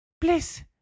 Please